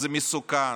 זה מסוכן.